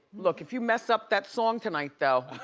look, if you mess up that song tonight, though.